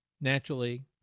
Naturally